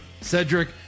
Cedric